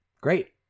great